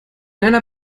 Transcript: einer